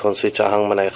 um so to home and